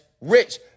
rich